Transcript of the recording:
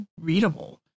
readable